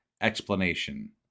explanation